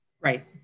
Right